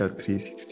360